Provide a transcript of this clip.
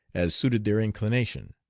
as suited their inclination.